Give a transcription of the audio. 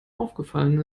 aufgefallen